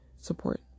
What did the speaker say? Support